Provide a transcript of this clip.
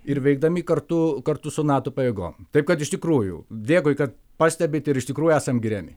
ir veikdami kartu kartu su nato pajėgom taip kad iš tikrųjų dėkui kad pastebit ir iš tikrųjų esam giriami